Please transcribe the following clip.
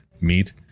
meat